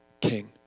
King